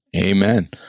Amen